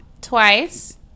twice